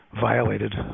violated